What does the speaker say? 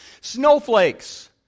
Snowflakes